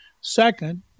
second